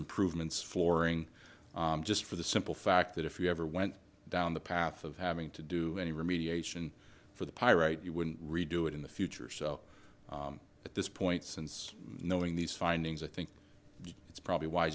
improvements flooring just for the simple fact that if you ever went down the path of having to do any remediation for the pyrite you wouldn't redo it in the future so at this point since knowing these findings i think it's probably w